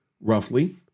roughly